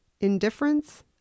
Indifference